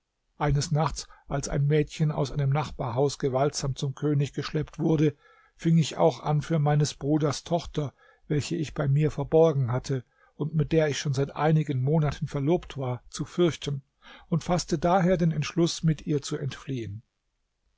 eines nachts als ein mädchen aus einem nachbarhaus gewaltsam zum könig geschleppt wurde fing ich auch an für meines bruders tochter welche ich bei mir verborgen hatte und mit der ich schon seit einigen monaten verlobt war zu fürchten und faßte daher den entschluß mit ihr zu entfliehen